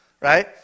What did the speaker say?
Right